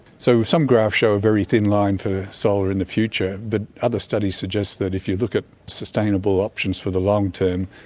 so some graphs show a very thin line for solar in the future but other studies suggest that if you look at sustainable options for the long term,